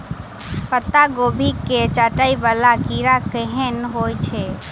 पत्ता कोबी केँ चाटय वला कीड़ा केहन होइ छै?